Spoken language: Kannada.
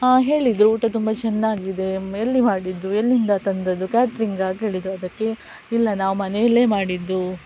ಹೇಳಿದರು ಊಟ ತುಂಬ ಚೆನ್ನಾಗಿದೆ ಎಲ್ಲಿ ಮಾಡಿದ್ದು ಎಲ್ಲಿಂದ ತಂದದ್ದು ಕ್ಯಾಟ್ರಿಂಗಾ ಹೇಳಿದರು ಅದಕ್ಕೆ ಇಲ್ಲ ನಾವು ಮನೆಯಲ್ಲೇ ಮಾಡಿದ್ದು